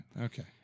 okay